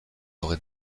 aurez